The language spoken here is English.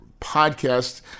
podcast